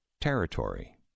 territory